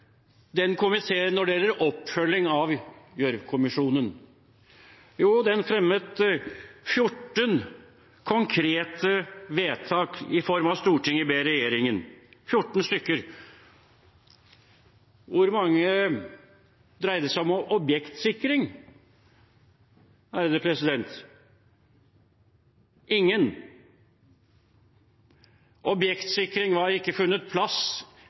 den komiteen for å følge opp Gjørv-kommisjonen? Jo, den fremmet 14 konkrete forslag i form av «Stortinget ber regjeringen ...». Hvor mange dreide seg om objektsikring? Ingen. Objektsikring hadde ikke funnet plass